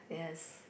yes